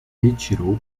retirou